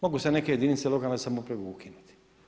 Mogu se neke jedinice lokalne samouprave ukinuti.